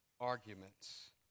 arguments